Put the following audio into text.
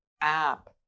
app